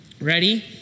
Ready